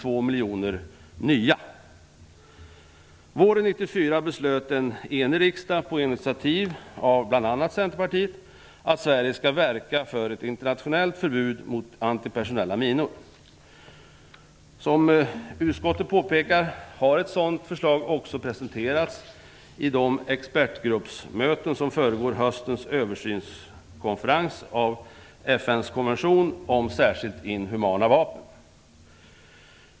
Våren 1994 beslöt en enig riksdag, på initiativ av bl.a. Centerpartiet, att Sverige skall verka för ett internationellt förbud mot antipersonella minor. Som utskottet påpekar har ett sådant förslag också presenterats i de expertgruppsmöten som föregår höstens översynskonferens av FN:s konvention om särskilt inhumana vapen.